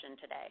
today